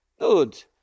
good